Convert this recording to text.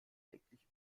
täglich